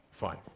fine